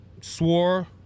swore